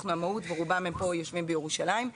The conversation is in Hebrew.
רובם פה יושבים בירושלים.